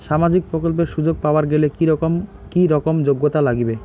সামাজিক প্রকল্পের সুযোগ পাবার গেলে কি রকম কি রকম যোগ্যতা লাগিবে?